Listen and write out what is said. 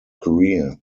career